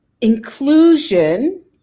inclusion